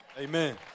Amen